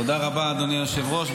תודה רבה, אדוני היושב-ראש.